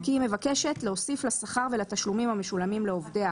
"כי היא מבקשת להוסיף לשכר ולתשלומים המשולמים לעובדיה